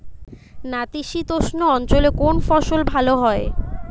নাতিশীতোষ্ণ অঞ্চলে কোন ফসল ভালো হয়?